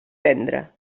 vendre